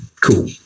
cool